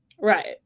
right